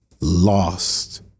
lost